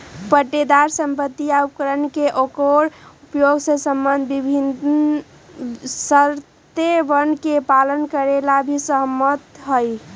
पट्टेदार संपत्ति या उपकरण के ओकर उपयोग के संबंध में विभिन्न शर्तोवन के पालन करे ला भी सहमत हई